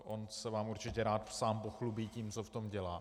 On se vám určitě rád sám pochlubí tím, co v tom dělá.